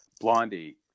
Blondie